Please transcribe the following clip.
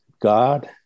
God